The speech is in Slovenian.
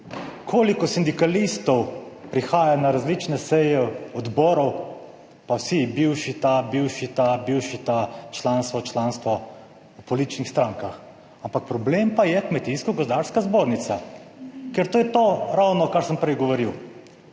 Koliko sindikalistov prihaja na različne seje odborov pa vsi bivši, ta bivši, ta bivši, ta članstvo, članstvo v političnih strankah, ampak problem pa je Kmetijsko gozdarska zbornica, ker to je to, ravno kar sem prej govoril: